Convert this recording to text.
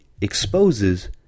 exposes